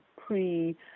pre